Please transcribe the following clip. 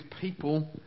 people